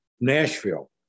Nashville